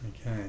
okay